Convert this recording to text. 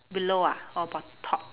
below ah or bot~ top